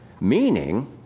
meaning